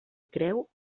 creu